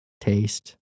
taste